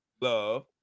love